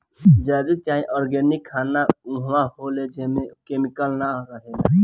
जैविक चाहे ऑर्गेनिक खाना उ होला जेमे केमिकल ना रहेला